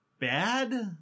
bad